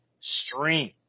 stream